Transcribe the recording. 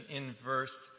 inverse